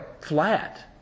flat